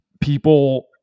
people